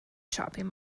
shopping